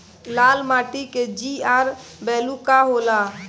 लाल माटी के जीआर बैलू का होला?